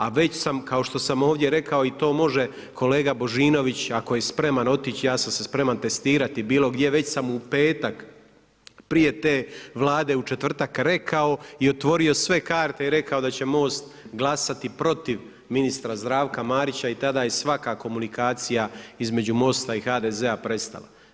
A već sam kao što sam ovdje rekao i to može kolega Božinović, ako je spreman otići, ja sam se spreman testirati, bilo gdje, već sam u petak, prije te vlade u četvrtak rekao i otvorio sve karte i rekao da će Most glasati ministra Zdravka Marića i tada je svaka komunikacija između Mosta i HDZ-a prestala.